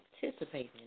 participating